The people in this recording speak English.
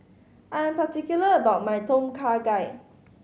I am particular about my Tom Kha Gai